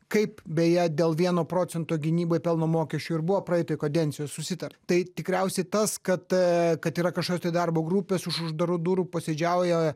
kaip beje dėl vieno procento gynyboj pelno mokesčio ir buvo praeitoj kadencijoj susitarta tai tikriausiai tas kad kad yra kažkokios tai darbo grupės už uždarų durų posėdžiauja